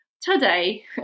today